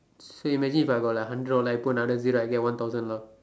so imagine if I got like hundred I'll put another zero I get one thousand lah